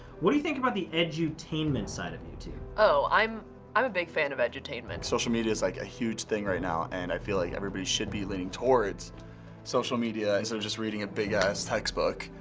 what do you think about the edutainment side of youtube? oh, i'm i'm a big fan of edutainment. social media is like a huge thing right now and i feel like everybody should be leaning towards social media. instead of just reading a big ass textbook,